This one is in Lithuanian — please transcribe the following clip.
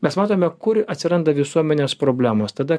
mes matome kur atsiranda visuomenės problemos tada